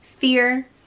fear